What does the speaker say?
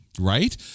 right